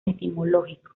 etimológico